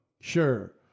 Sure